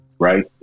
Right